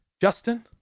Justin